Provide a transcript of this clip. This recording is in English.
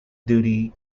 duty